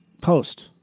post